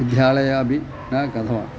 विद्यालयः अपि न गतवान्